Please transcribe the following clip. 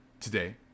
today